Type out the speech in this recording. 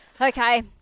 Okay